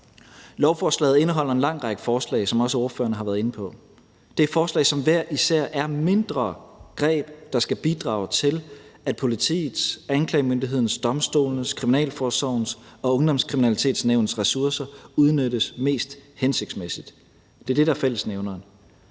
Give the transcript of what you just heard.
Lovforslaget indeholder en lang række forslag, som også ordførerne har været inde på. Det er forslag, som hver især er mindre greb, der skal bidrage til, at politiets, anklagemyndighedens, domstolenes, kriminalforsorgens og Ungdomskriminalitetsnævnets ressourcer udnyttes mest hensigtsmæssigt. Det er det, der er fællesnævneren.